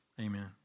amen